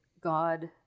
god